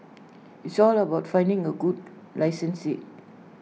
it's all about finding A good licensee